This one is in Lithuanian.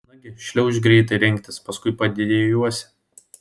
nagi šliaužk greitai rengtis paskui padejuosi